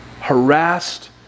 harassed